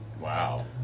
Wow